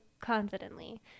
confidently